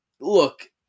Look